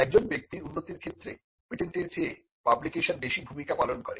একজন ব্যক্তির উন্নতির ক্ষেত্রে পেটেন্টের চেয়ে পাবলিকেশন বেশি ভূমিকা পালন করে